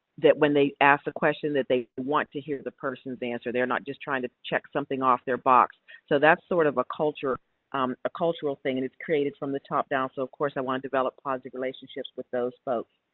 that when they ask a question that they want to hear the person's answer, they're not just trying to check something off their box. so that's, sort of, of a culture a cultural thing, and it's created from the top down. so, of course, i want to develop positive relationships with those folks.